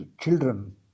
children